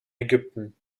ägypten